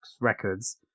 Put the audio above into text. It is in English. records